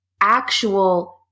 actual